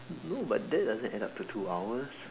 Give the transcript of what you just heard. no but that doesn't add up to two hours